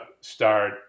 start